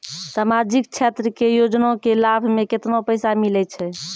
समाजिक क्षेत्र के योजना के लाभ मे केतना पैसा मिलै छै?